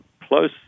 close